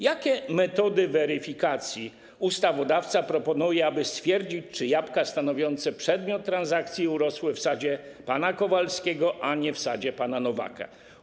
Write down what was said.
Jakie metody weryfikacji ustawodawca proponuje, aby stwierdzić, czy jabłka stanowiące przedmiot transakcji urosły w sadzie pana Kowalskiego, a nie w sadzie pana Nowaka?